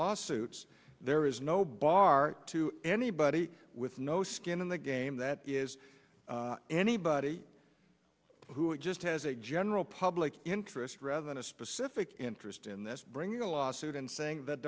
lawsuits there is no bar to anybody with no skin in the game that is anybody who just has a general public interest rather than a specific interest in this bringing a lawsuit and saying th